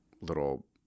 little